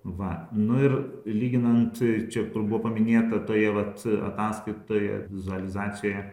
va nu ir lyginant čia kur buvo paminėta toje vat ataskaitoje vizualizacijoje